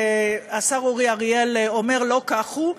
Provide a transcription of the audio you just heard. השר אורי אריאל אומר: לא כך הוא,